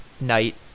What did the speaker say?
night